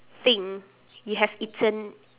thing you have eaten